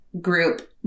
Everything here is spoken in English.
group